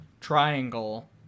triangle